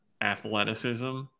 athleticism